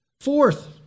Fourth